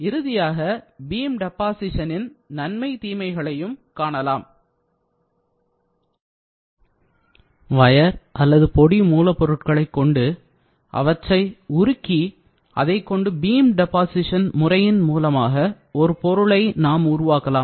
இறுதியாக பீம் டெப்பாசீஷனின்நன்மை தீமைகளையும் காணலாம் வயர் அல்லது பொடி மூலப்பொருட்களைக் கொண்டு அவற்றை உருக்கி அதைக்கொண்டு பீம் டெப்பாசீஷன் முறையின் மூலமாக ஒரு பொருளை நாம் உருவாக்கலாம்